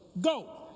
go